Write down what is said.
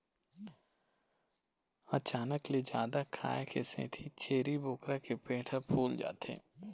अचानक ले जादा खाए के सेती छेरी बोकरा के पेट ह फूल जाथे